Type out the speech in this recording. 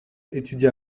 étudia